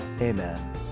Amen